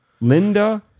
Linda